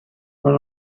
when